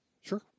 sure